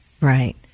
Right